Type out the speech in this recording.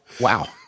Wow